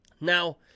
Now